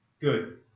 Good